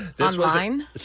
Online